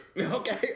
okay